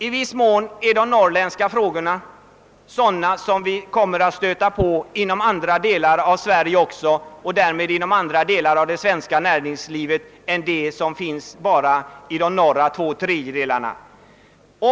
I viss mån är de norrländska frågorna sådana, som vi kommer att stöta på också inom andra delar av Sverige och därmed inom andra delar av det svenska näringslivet än det som finns i de norra två tredjedelarna av landet.